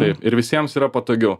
taip ir visiems yra patogiau